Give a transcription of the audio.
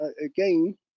again